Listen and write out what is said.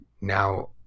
now